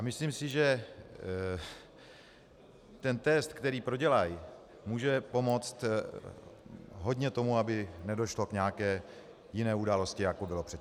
Myslím si, že ten test, který prodělají, může pomoci hodně tomu, aby nedošlo k nějaké jiné události, jako bylo předtím.